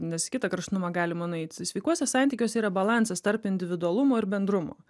nes į kitą kraštutinumą galima nueit sveikuose santykiuose yra balansas tarp individualumo ir bendrumo